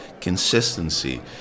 consistency